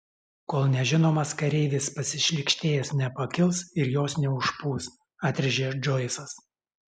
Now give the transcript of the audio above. kol nežinomas kareivis pasišlykštėjęs nepakils ir jos neužpūs atrėžė džoisas